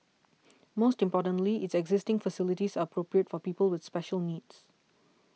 most importantly its existing facilities are appropriate for people with special needs